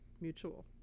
mutual